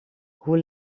hoe